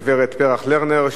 הגברת פרח לרנר,